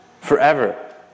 Forever